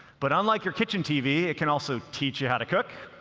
but unlike your kitchen tv, it can also teach you how to cook,